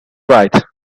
right